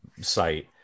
site